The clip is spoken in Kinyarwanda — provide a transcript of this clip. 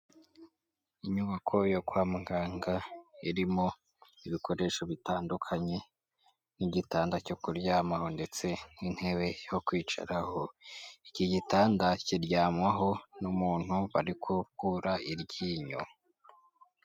Inyubako yo kwa muganga irimo ibikoresho bitandukanye nk'gitanda cyo kuryamaho ndetse n'intebe yo kwicaraho iki gitanda kiryamaho n'umuntu bari ku iryinyo.